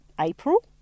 April